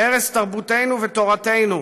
ערש תרבותנו ותורתנו,